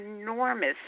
enormous